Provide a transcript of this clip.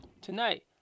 tonight